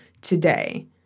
today